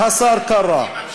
השר קרא.